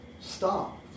Stop